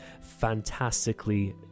fantastically